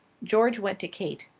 george went to kate.